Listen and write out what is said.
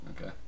Okay